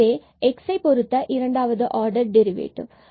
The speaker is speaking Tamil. இதுவே x பொருத்த இரண்டாவது ஆர்டர் டெரிவேட்டிவ்